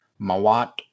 Mawat